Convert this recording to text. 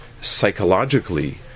psychologically